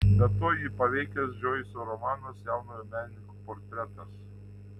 be to jį paveikęs džoiso romanas jaunojo menininko portretas